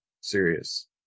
serious